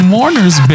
Mourner's